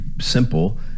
simple